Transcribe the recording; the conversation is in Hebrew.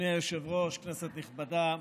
אדוני היושב-ראש, כנסת נכבדה,